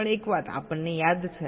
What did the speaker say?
પણ એક વાત આપણને યાદ છે